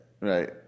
right